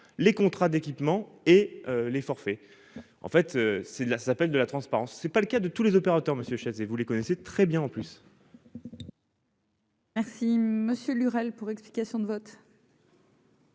les contrats d'équipement et les forfaits. Cela s'appelle de la transparence ! Tel n'est pas le cas de tous les opérateurs, monsieur Chaize, et vous les connaissez très bien. La parole est à M. Victorin Lurel, pour explication de vote.